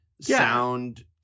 sound